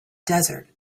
desert